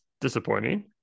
disappointing